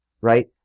right